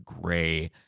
gray